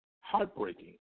heartbreaking